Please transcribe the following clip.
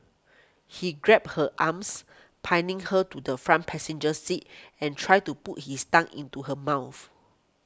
he grabbed her arms pinning her to the front passenger seat and tried to put his tongue into her mouth